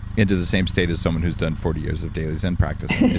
into the same state as someone whose done forty years of daily zen practice.